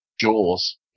Jaws